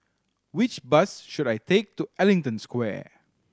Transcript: which bus should I take to Ellington Square